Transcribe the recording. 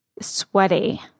sweaty